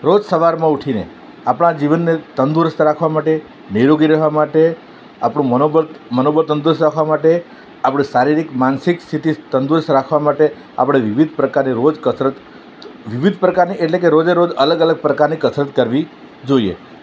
રોજ સવારમાં ઉઠીને આપણા જીવનને તંદુરસ્ત રાખવા માટે નિરોગી રહેવા માટે આપણું મનોબળ મનોબળ તંદુરસ્ત રાખવા માટે આપણે શારીરિક માનસિક સ્થિતિ તંદુરસ્ત રાખવા માટે આપણે વિવિધ પ્રકારની રોજ કસરત વિવિધ પ્રકારની એટલે કે રોજે રોજ અલગ અલગ પ્રકારની કસરત કરવી જોઈએ